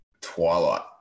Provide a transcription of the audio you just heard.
Twilight